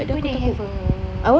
but do they have a